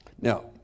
Now